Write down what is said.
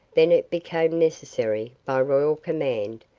then it became necessary, by royal command,